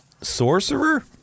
Sorcerer